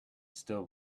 still